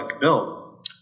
Bill